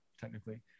technically